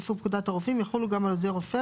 לפי פקודת הרופאים יחולו גם על עוזר רופא,